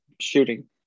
Shooting